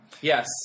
Yes